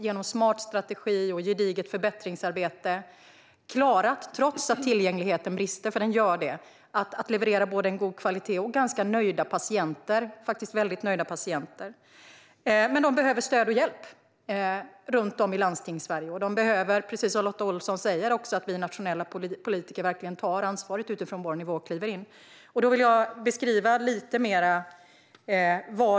Genom smart strategi och gediget förbättringsarbete har man, trots att tillgängligheten brister, ändå klarat att leverera en god kvalitet och nöjda patienter. Men man behöver stöd och hjälp i Landstingssverige. Precis som Lotta Olsson säger ska vi nationella politiker verkligen ta ansvaret utifrån vår nivå och kliva in.